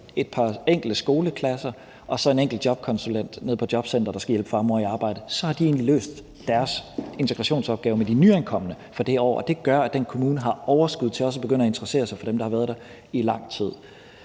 et par enkelte skoleklasser og så en enkelt jobkonsulent nede på jobcenteret, der skal hjælpe far og mor i arbejde. Så har de egentlig løst deres integrationsopgave med de nyankomne for det år, og det gør, at den kommune har overskud til også at begynde at interessere sig for dem, der har været der i lang tid.